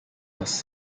was